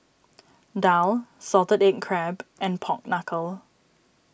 Daal Salted Egg Crab and Pork Knuckle